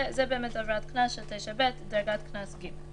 זה באמת עבירת קנס של 9(ב) דרגת קנס ג'.